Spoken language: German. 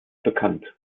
bekannt